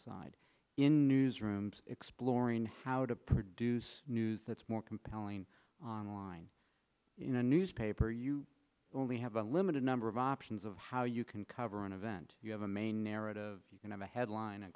side in newsrooms exploring how to produce news that's more compelling online in a newspaper you only have a limited number of options of how you can cover an event you have a main narrative you can have a headline